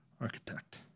architect